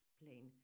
explain